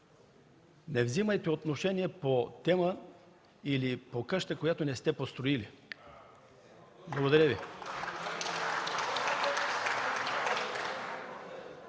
Не взимайте отношение по тема или по къща, която не сте построили. Благодаря Ви.